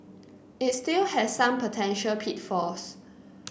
it still has some potential pitfalls